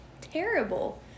terrible